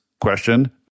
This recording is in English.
question